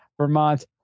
Vermont